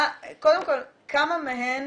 קודם כל כמה מהן